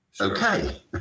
okay